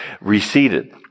receded